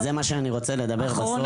זה מה שאני רוצה לדבר בסוף.